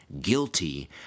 guilty